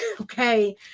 okay